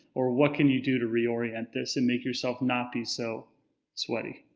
or what can you do to reorient this and make yourself not be so sweaty?